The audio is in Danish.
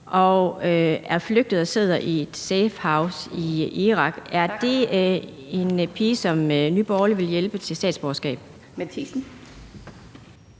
og er flygtet og sidder i et safehouse i Irak. Er det en pige, som Nye Borgerlige vil hjælpe til statsborgerskab?